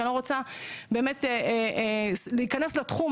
כי אני לא רוצה באמת להיכנס לתחום,